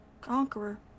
Conqueror